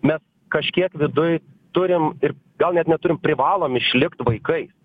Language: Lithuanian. mes kažkiek viduj turim ir gal net neturim privalom išlikt vaikais